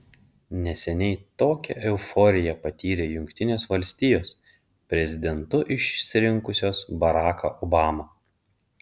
neseniai tokią euforiją patyrė jungtinės valstijos prezidentu išsirinkusios baracką obamą